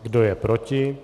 Kdo je proti?